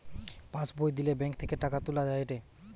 pass বই দিলে bank থেকে টাকা তুলা যায়েটে